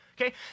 okay